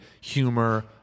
humor